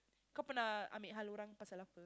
I mean